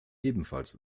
ebenfalls